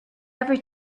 every